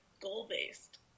goal-based